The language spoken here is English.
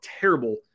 terrible